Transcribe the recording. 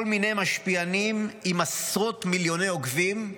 מיני משפיענים עם עשרות מיליוני עוקבים.